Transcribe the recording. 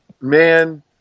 Man